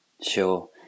Sure